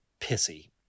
pissy